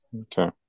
okay